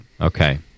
Okay